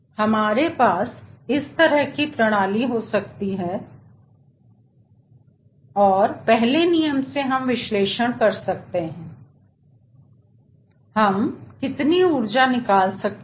हमारे पास इस तरह की प्रणाली हो सकती है और पहले नियम से हम विश्लेषण कर सकते हैं कि हम कितनी ऊर्जा निकाल सकते हैं